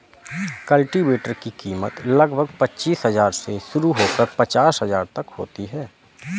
cultivator की कीमत लगभग पचीस हजार से शुरू होकर पचास हजार तक होती है